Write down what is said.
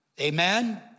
Amen